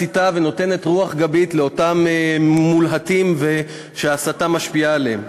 מסיתה ונותנת רוח גבית לאותם מולהטים שההסתה משפיעה עליהם.